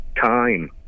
time